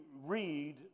read